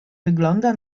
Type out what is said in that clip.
wygląda